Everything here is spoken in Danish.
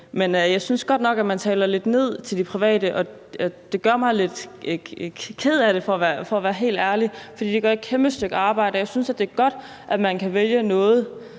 af. Jeg synes godt nok, at man taler lidt ned til de private, og det gør mig lidt ked af det for at være helt ærlig, for de gør et kæmpe stykke arbejde, og jeg synes, det er godt, at man kan have et